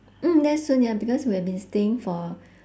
mm that's soon ya because we have been staying for